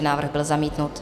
Návrh byl zamítnut.